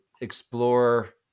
explore